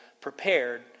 prepared